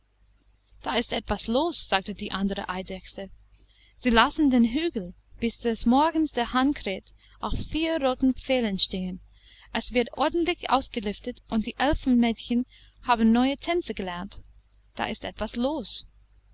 da ist etwas los sagte die andere eidechse sie lassen den hügel bis des morgens der hahn kräht auf vier roten pfählen stehen es wird ordentlich ausgelüftet und die elfenmädchen haben neue tänze gelernt da ist etwas los